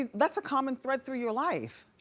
ah that's a common thread through your life.